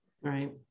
Right